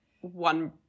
one